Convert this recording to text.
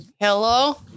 Hello